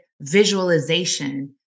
visualization